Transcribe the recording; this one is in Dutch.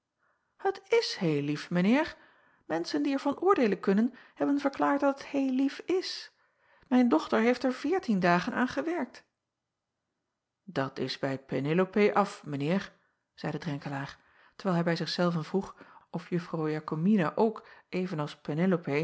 et is heel lief mijn eer enschen die er van oordeelen kunnen hebben verklaard dat het heel lief is ijn dochter heeft er veertien dagen aan gewerkt at is bij enelopé af mijn eer zeide renkelaer terwijl hij bij zich zelven vroeg of uffrouw akomina ook even als